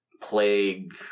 plague